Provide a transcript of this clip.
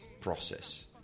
process